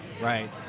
right